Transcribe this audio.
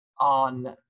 on